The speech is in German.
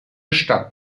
stadt